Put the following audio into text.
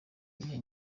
iyo